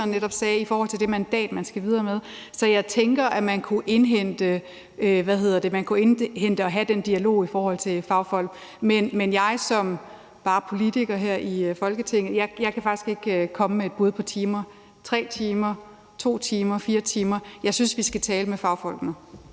netop sagde, i forhold til det mandat, man skal videre med. Så jeg tænker, at man kunne indhente anbefalinger fra og have den dialog med fagfolk. Men jeg bare som politiker her i Folketinget kan faktisk ikke komme med et bud på et antal timer. 3 timer, 2 timer, 4 timer – jeg synes, vi skal tale med fagfolkene.